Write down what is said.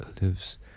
lives